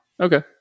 Okay